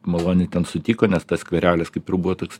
maloni ten sutiko nes tas skverelis kaip ir buvo toks